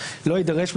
לא יידרש,